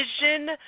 vision